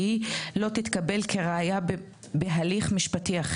בקשר לאותו אדם או לילדיו הקטינים,